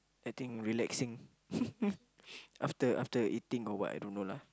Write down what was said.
I think relaxing after after eating or what I don't know lah